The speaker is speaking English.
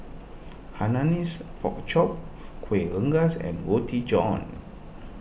Hainanese Pork Chop Kuih Rengas and Roti John